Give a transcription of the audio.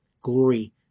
glory